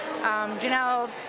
Janelle